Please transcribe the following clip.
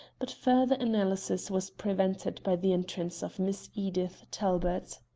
but further analysis was prevented by the entrance of miss edith talbot.